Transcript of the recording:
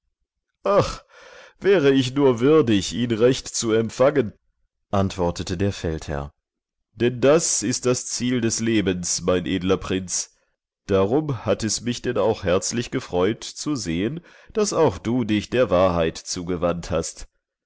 ach wäre ich nur würdig ihn recht zu empfangen antwortete der feldherr denn das ist das ziel des lebens mein edler prinz darum hat es mich denn auch herzlich gefreut zu sehen daß auch du dich der wahrheit zugewandt hast